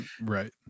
Right